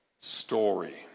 story